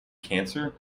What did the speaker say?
cancer